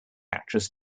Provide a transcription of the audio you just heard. actress